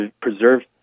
Preserve